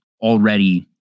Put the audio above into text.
already